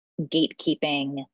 gatekeeping